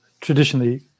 traditionally